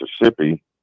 Mississippi